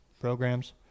programs